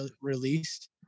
released